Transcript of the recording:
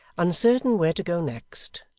uncertain where to go next,